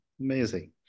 Amazing